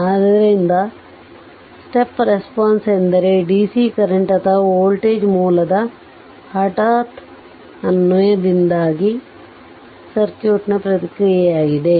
ಆದ್ದರಿಂದ step response ಎಂದರೆ dc current ಅಥವಾ ವೋಲ್ಟೇಜ್ ಮೂಲದ ಹಠಾತ್ ಅನ್ವಯದಿಂದಾಗಿ ಸರ್ಕ್ಯೂಟ್ನ ಪ್ರತಿಕ್ರಿಯೆಯಾಗಿದೆ